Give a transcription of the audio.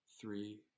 Three